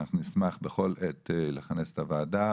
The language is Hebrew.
נשמח לכנס את הוועדה